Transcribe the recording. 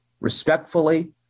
respectfully